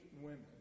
women